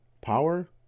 power